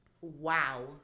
Wow